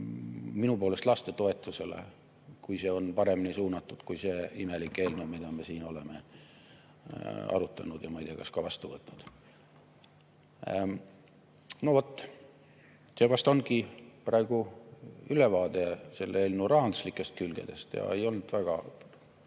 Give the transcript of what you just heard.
minu poolest lastetoetusele, juhul kui see on paremini suunatud kui see imelik eelnõu, mida me siin oleme arutanud ja ma ei tea, kas ka vastu võtnud.No vot. See vast ongi praegu ülevaade selle eelnõu rahanduslikest külgedest. Ei olnud väga